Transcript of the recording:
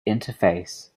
interface